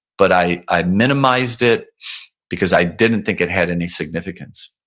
but i i minimized it because i didn't think it had any significance.